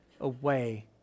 away